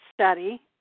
study